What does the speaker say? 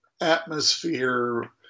atmosphere